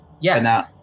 yes